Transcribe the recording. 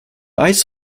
ice